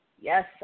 Yes